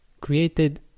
created